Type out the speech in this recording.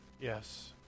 Yes